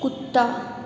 कुत्ता